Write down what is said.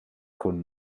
con